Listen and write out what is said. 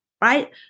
Right